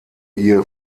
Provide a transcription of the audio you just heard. ihr